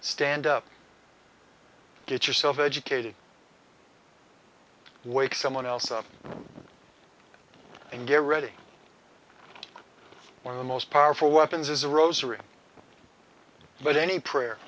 stand up get yourself educated wake someone else up and get ready one of the most powerful weapons is a rosary but any prayer